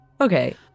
Okay